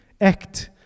act